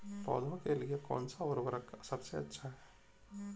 पौधों के लिए कौन सा उर्वरक सबसे अच्छा है?